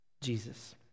Jesus